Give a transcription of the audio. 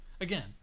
Again